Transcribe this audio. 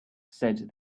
said